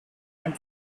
and